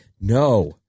no